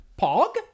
Pog